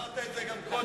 אמרת את זה גם קודם.